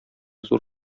зур